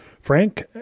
Frank